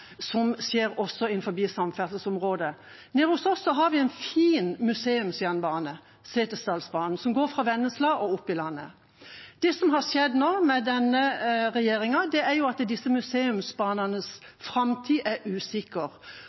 også skjer innenfor samferdselsområdet. Nede hos oss har vi en fin museumsjernbane, Setesdalsbanen, som går fra Vennesla og opp i landet. Det som har skjedd nå, med denne regjeringa, er at disse museumsbanenes framtid er usikker.